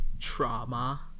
trauma